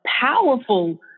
powerful